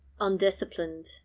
undisciplined